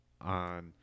on